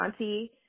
Shanti